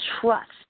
trust